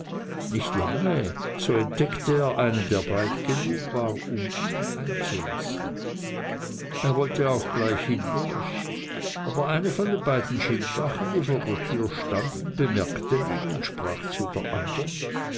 nicht lange so entdeckte er einen der breit genug war um ihn einzulassen er wollte auch gleich hindurch aber eine von den beiden schildwachen die vor der tür standen bemerkte ihn und sprach zu der andern